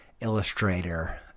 illustrator